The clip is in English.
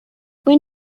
when